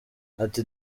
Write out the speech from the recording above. ati